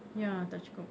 ya tak cukup